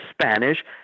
Spanish